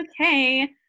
okay